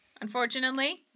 unfortunately